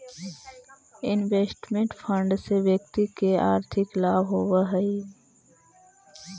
investment fund से व्यक्ति के आर्थिक लाभ होवऽ हई